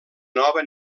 nova